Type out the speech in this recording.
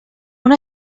una